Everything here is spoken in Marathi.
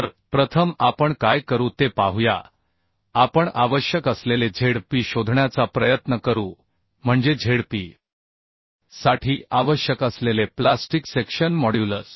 तर प्रथम आपण काय करू ते पाहूया आपण आवश्यक असलेले Zp शोधण्याचा प्रयत्न करू म्हणजे Zp साठी आवश्यक असलेले प्लास्टिक सेक्शन मॉड्युलस